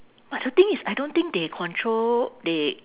but the thing is I don't think they control they